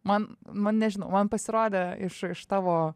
man man nežinau man pasirodė iš iš tavo